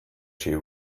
she